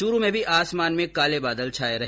चूरु में भी आसमान में काले बादल छाये रहे